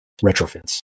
retrofits